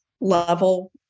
level